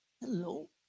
Hello